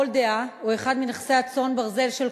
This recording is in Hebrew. כל דעה,